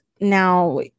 now